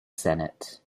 senate